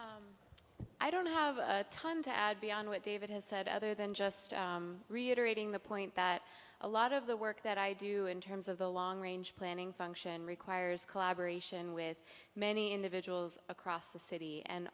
i don't have time to add beyond what david has said other than just reiterating the point that a lot of the work that i do in terms of the long range planning function requires collaboration with many individuals across the city and